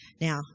Now